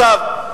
נכון.